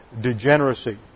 degeneracy